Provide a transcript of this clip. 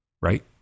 right